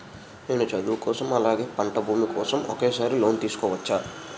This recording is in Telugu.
నేను చదువు కోసం అలాగే పంట భూమి కోసం ఒకేసారి లోన్ తీసుకోవచ్చా?